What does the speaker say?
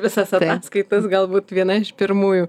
visas ataskaitas galbūt viena iš pirmųjų